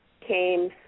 came